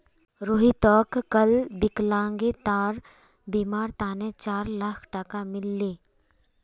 रोहितक कल विकलांगतार बीमार तने चार लाख टका मिल ले